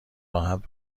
راحت